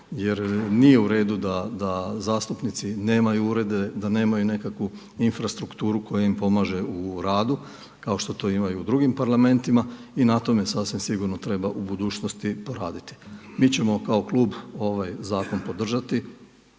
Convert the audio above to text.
jer nije uredu da zastupnici nemaju urede, da nemaju nekakvu infrastrukturu koja im pomaže u radu kao što to ima u drugim parlamentima i na tome sasvim sigurno treba u budućnosti poraditi. Mi ćemo kao klub ovaj zakon podržati,